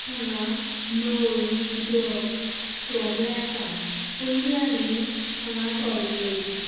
थंगा नळ उदक सगळें आसा पयलीं आमी हांगा टोयलेट